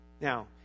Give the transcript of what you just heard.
Now